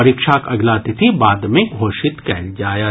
परीक्षाक अगिला तिथि बाद मे घोषित कयल जायत